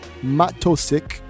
Matosik